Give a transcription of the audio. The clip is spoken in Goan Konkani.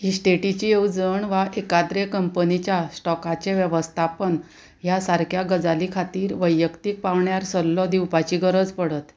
इस्टेटीचें येवजण वा एकाद्री कंपनीच्या स्टॉकाचें वेवस्थापन ह्या सारक्या गजाली खातीर वैयक्तीक पावण्यार सल्लो दिवपाची गरज पडत